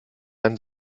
einen